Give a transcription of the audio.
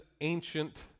ancient